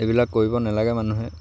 এইবিলাক কৰিব নালাগে মানুহে